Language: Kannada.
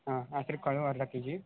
ಹಾಂ ಹೆಸ್ರು ಕಾಳು ಅರ್ಧ ಕೆ ಜಿ